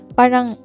parang